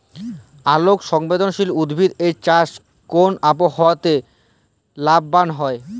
আলোক সংবেদশীল উদ্ভিদ এর চাষ কোন আবহাওয়াতে লাভবান হয়?